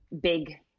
big